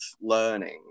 learning